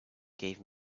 gave